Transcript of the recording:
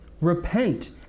Repent